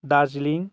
Darjeeling